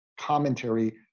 commentary